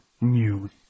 news